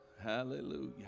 Hallelujah